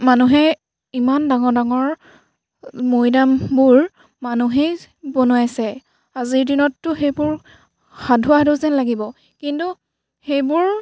মানুহে ইমান ডাঙৰ ডাঙৰ মৈদামবোৰ মানুহেই বনোৱাইছে আজিৰ দিনততো সেইবোৰ সাধু সাধু যেন লাগিব কিন্তু সেইবোৰ